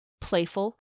playful